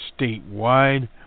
statewide